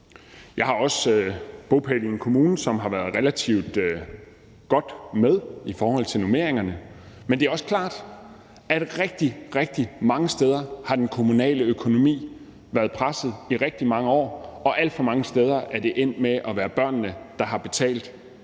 Jeg har også bopæl i en kommune, som har været relativt godt med i forhold til normeringerne. Men det er også klart, at rigtig, rigtig mange steder har den kommunale økonomi været presset i rigtig mange år, og alt for mange steder er det endt med at være børnene, der har betalt